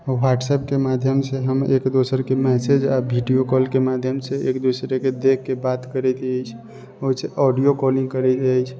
व्हाट्सअपके माध्यमसँ हम एक दोसरके मैसेज आओर वीडिओ कॉलके माध्यमसँ एक दोसरके देखके बात करैके अछि ऑडियो कॉलिङ्ग करैके अछि